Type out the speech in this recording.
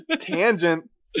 Tangents